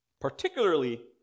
particularly